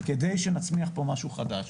כדי שנצמיח פה משהו חדש.